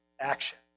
action